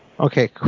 Okay